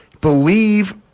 believe